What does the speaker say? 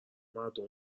مردم